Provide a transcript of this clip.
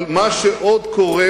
אבל מה שעוד קורה